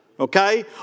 Okay